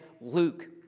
Luke